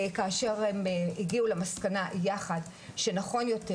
כאשר הם הגיעו למסקנה יחד שנכון יותר